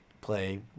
play